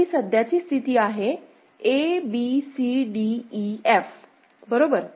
तर ही सध्याची स्थिती आहे a b c d e f बरोबर